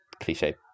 cliche